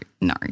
no